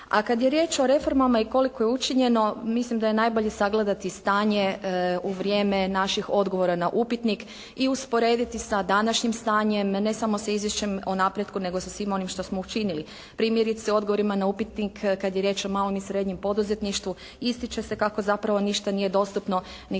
A kad je riječ o reformama i koliko je učinjeno mislim da je najbolje sagledati stanje u vrijeme naših odgovora na upitnik i usporediti sa današnjim stanjem. Ne samo sa izvješćem o napretku nego sa svim onim što smo učinili. Primjerice u odgovorima na upitnik kad je riječ o malom i srednjem poduzetništvu ističe sa kako zapravo ništa nije dostupno